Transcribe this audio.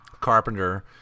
Carpenter